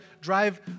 drive